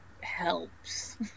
helps